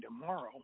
tomorrow